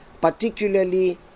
particularly